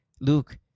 Luke